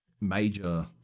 major